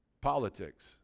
politics